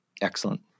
Excellent